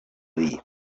dir